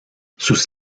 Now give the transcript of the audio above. sus